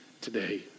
today